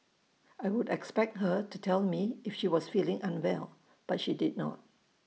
I would expect her to tell me if she was feeling unwell but she did not